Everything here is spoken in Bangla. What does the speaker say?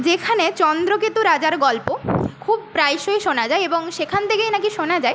যেখানে চন্দ্রকেতু রাজার গল্প খুব প্রায়শই শোনা যায় এবং সেখান থেকেই নাকি শোনা যায়